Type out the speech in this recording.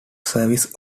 service